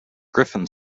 griffin